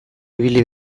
ibili